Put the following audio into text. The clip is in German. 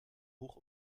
hoch